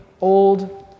old